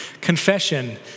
confession